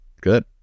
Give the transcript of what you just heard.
good